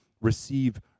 receive